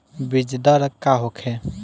बीजदर का होखे?